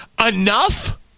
enough